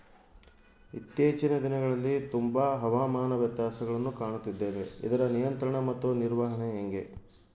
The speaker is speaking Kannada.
ಇತ್ತೇಚಿನ ದಿನಗಳಲ್ಲಿ ತುಂಬಾ ಹವಾಮಾನ ವ್ಯತ್ಯಾಸಗಳನ್ನು ಕಾಣುತ್ತಿದ್ದೇವೆ ಇದರ ನಿಯಂತ್ರಣ ಮತ್ತು ನಿರ್ವಹಣೆ ಹೆಂಗೆ?